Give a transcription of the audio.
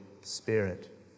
Spirit